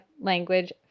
language